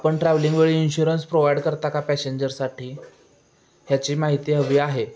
आपण ट्रॅव्हलिंग वेळी insurance provide करता का पॅसेंजरसाठी ह्याची माहिती हवी आहे